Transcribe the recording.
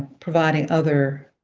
providing other